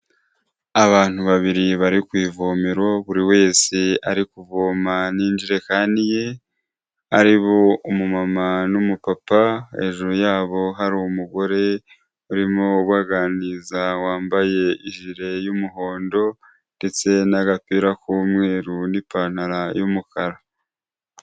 Abantu babiri bari ku ivomero buri wese ari kuvoma n'injerekani ye, ari bo umumama n' umupapa, hejuru yabo hari umugore urimo ubaganiriza wambaye ijire y'umuhondo ndetse n'agapira k'umweru n'ipantaro y'umukara.